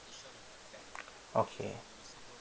okay